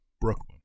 Brooklyn